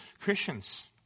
Christians